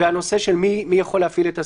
והנושא של מי יכול להפעיל את הסמכויות.